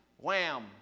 wham